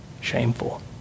shameful